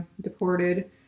deported